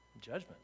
Judgment